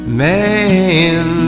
man